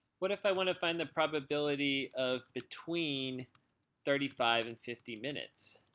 what if i want to find the probability of between thirty five and fifty minutes?